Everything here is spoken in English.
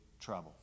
trouble